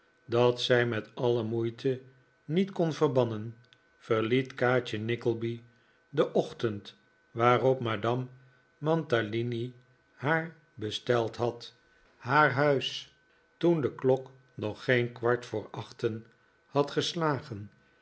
dat zij met alle moeite niet kon verbannen verliet kaatje nickleby den ochtend waarop madame mantalini haar besteld had haar huis toen de klok nog geen kwart voor achten had geslagen